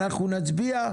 אנחנו נצביע.